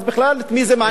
אז בכלל, את מי זה מעניין?